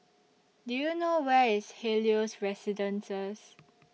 Do YOU know Where IS Helios Residences